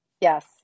Yes